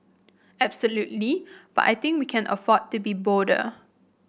absolutely but I think we can afford to be bolder